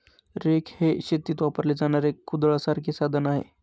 rake हे शेतीत वापरले जाणारे कुदळासारखे साधन आहे